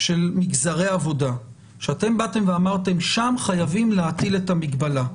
של מגזרי עבודה שאתם באתם ואמרתם שם חייבים להטיל את המגבלה,